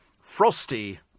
frosty